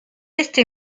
este